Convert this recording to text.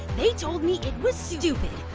they told me it was stupid.